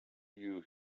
you